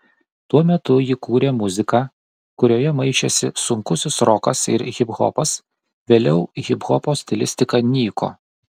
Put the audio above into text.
tuo metu ji kūrė muziką kurioje maišėsi sunkusis rokas ir hiphopas vėliau hiphopo stilistika nyko